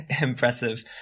impressive